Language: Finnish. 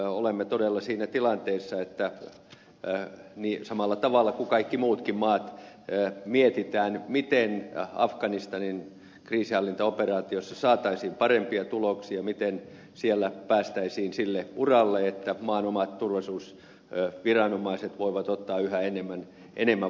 olemme todella siinä tilanteessa että samalla tavalla kuin kaikki muutkin maat mietitään miten afganistanin kriisinhallintaoperaatiossa saataisiin parempia tuloksia miten siellä päästäisiin sille uralle että maan omat turvallisuusviranomaiset voivat ottaa yhä enemmän vastuuta asiassa